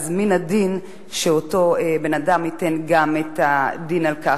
מן הדין שאותו בן-אדם ייתן גם את הדין על כך.